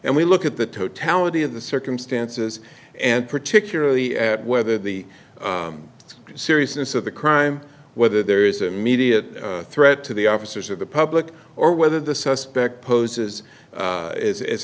and we look at the totality of the circumstances and particularly at whether the seriousness of the crime whether there is a media threat to the officers of the public or whether the suspect poses